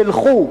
תלכו.